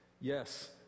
yes